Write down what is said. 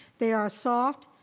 they are soft,